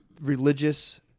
religious